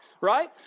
right